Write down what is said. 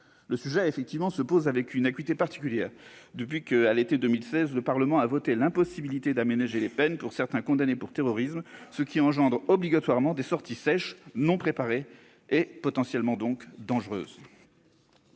La question se pose avec une acuité particulière depuis qu'à l'été 2016 le Parlement a voté l'impossibilité d'aménager les peines pour certains condamnés pour terrorisme, ce qui entraîne obligatoirement des sorties sèches, non préparées et potentiellement dangereuses.